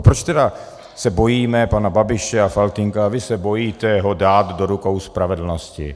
Proč se bojíme pana Babiše a Faltýnka a vy se bojíte ho dát do rukou spravedlnosti?